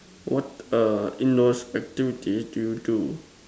what uh indoor activities do you do